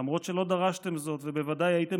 למרות שלא דרשתם זאת ובוודאי הייתם